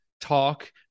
talk